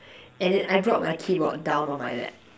and then I brought my keyboard down on my lap